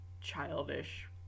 childish